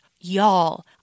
y'all